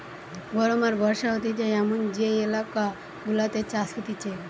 গরম আর বর্ষা হতিছে এমন যে এলাকা গুলাতে চাষ হতিছে